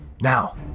Now